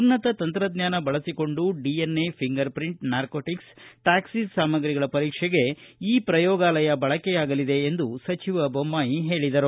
ಉನ್ನತ ತಂತ್ರಜ್ಞಾನ ಬಳಸಿಕೊಂಡು DNA fingerprint narcotics tackles ಸಾಮಗ್ರಿಗಳ ಪರೀಕ್ಷೆಗೆ ಈ ಪ್ರಯೋಗಾಲಯ ಬಳಕೆಯಾಗಲಿದೆ ಎಂದು ಸಚಿವ ಬೊಮ್ಮಾಯಿ ಹೇಳಿದರು